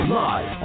live